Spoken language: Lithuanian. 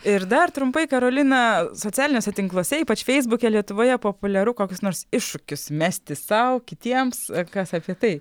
ir dar trumpai karolina socialiniuose tinkluose ypač feisbuke lietuvoje populiaru kokius nors iššūkius mesti sau kitiems kas apie tai